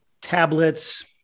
tablets